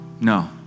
No